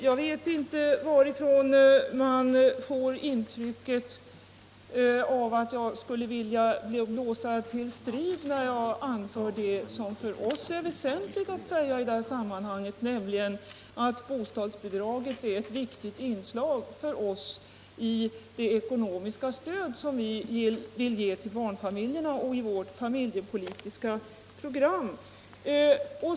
Jag vet inte varifrån man får intrycket att jag skulle vilja blåsa till strid när jag anför det som för oss är väsentligt att säga i sammanhanget, nämligen att bostadsbidraget för oss är ett viktigt inslag i det ekonomiska stöd som vi vill ge till barnfamiljerna och i vårt familjepolitiska program.